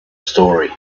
story